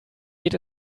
geht